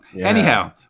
anyhow